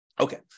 Okay